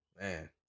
man